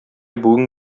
бүген